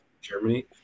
Germany